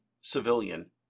civilian